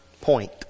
point